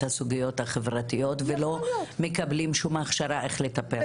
הסוגיות החברתיות לא מקבלים שום הכשרה איך לטפל בזה.